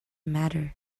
matter